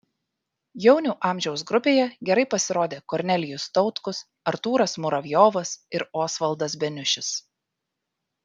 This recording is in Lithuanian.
jaunių amžiaus grupėje gerai pasirodė kornelijus tautkus artūras muravjovas ir osvaldas beniušis